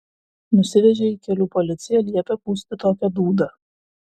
nusivežė į kelių policiją liepė pūsti tokią dūdą